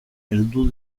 heldu